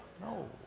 No